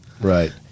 right